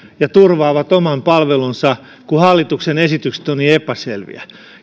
ja turvaavat oman palvelunsa kun hallituksen esitykset ovat niin epäselviä